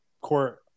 court